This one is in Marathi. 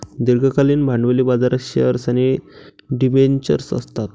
दीर्घकालीन भांडवली बाजारात शेअर्स आणि डिबेंचर्स असतात